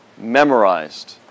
Memorized